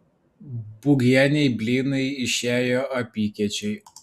būgienei blynai išėjo apykiečiai